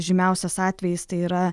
žymiausias atvejis tai yra